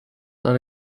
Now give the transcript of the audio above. naar